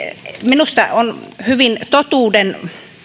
minusta on hyvin totuuden